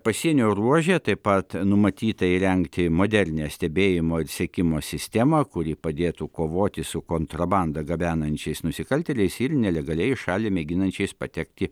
pasienio ruože taip pat numatyta įrengti modernią stebėjimo ir sekimo sistemą kuri padėtų kovoti su kontrabandą gabenančiais nusikaltėliais ir nelegaliai į šalį mėginančiais patekti